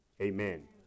Amen